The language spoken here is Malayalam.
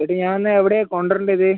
ഏട്ടാ ഞാനിന്ന് എവിടെയാണ് കൊണ്ടുവരേണ്ടെ ഇത്